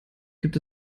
gibt